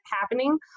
happening